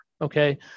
okay